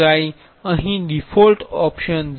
અહીં default option 0